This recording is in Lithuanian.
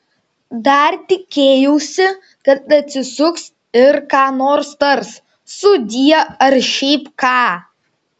dar tikėjausi kad atsisuks ir ką nors tars sudie ar šiaip ką